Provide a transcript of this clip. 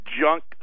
junk